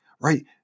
right